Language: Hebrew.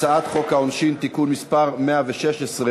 על הצעת חוק העונשין (תיקון מס' 117),